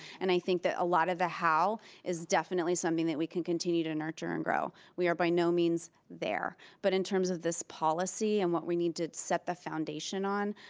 and i think that a lot of the how is definitely something that we can continue to nurture and grow. we are by no means there, but in terms of this policy and what we need to set the foundation on,